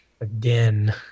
Again